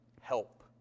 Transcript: help